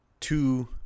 two